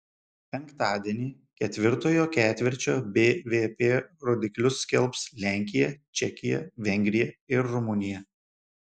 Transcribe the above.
penktadienį ketvirtojo ketvirčio bvp rodiklius skelbs lenkija čekija vengrija ir rumunija